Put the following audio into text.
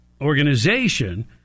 organization